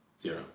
Zero